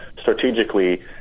strategically